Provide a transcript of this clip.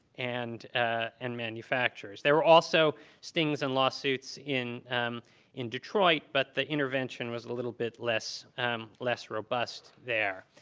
and ah and manufacturers. there were also stings and lawsuits in um in detroit, but the intervention was a little bit less um less robust there.